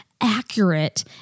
accurate